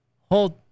Hold